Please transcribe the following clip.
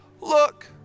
look